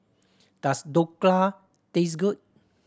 does Dhokla taste good